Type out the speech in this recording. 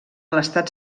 l’estat